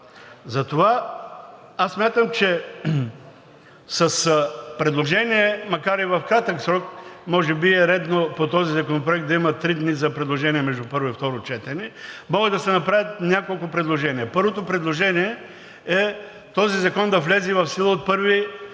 Затова смятам, че – макар и в кратък срок, може би е редно по този законопроект да има три дни за предложения между първо и второ четене – могат да се направят няколко предложения. Първото предложение е този закон да влезе в сила от 1